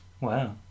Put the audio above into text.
Wow